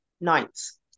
nights